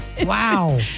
Wow